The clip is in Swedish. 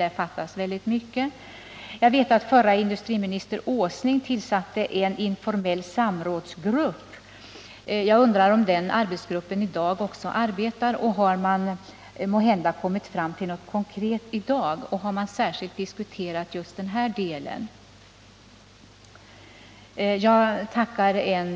Det fattas väldigt mycket i Förre industriministern Åsling tillsatte en informell arbetsgrupp, och jag undrar om den också är verksam i dag och om den måhända kommit fram till något konkret resultat. Har den särskilt diskuterat den här aktuella delen av Åreprojektet? Jag tackar än